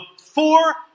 four